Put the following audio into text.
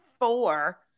four